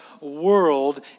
world